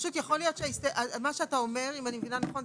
אם אני מבינה נכון,